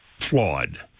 flawed